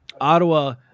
Ottawa